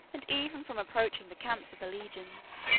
and even from approaching the camps of the legions.